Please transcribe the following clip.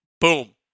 boom